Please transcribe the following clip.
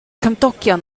cymdogion